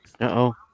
Uh-oh